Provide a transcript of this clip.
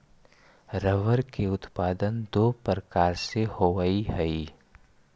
rubber के उत्पादन दो प्रकार से होवऽ हई